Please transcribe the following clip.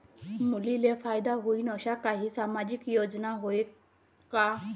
मुलींले फायदा होईन अशा काही सामाजिक योजना हाय का?